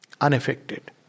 Unaffected